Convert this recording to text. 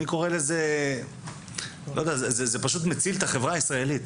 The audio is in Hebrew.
זה פשוט מציל את החברה הישראלית.